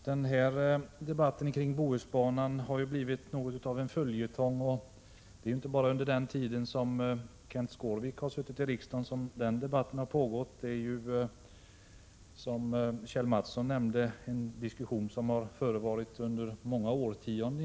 Herr talman! Debatten om Bohusbanan har blivit något av en följetong. Den har pågått inte bara under den tid Kenth Skårvik suttit i riksdagen utan har, som Kjell A. Mattsson nämnde, egentligen förevarit under många årtionden.